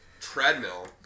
treadmill